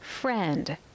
friend